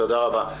תודה רבה.